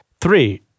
Three